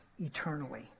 eternally